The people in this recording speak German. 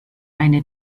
eine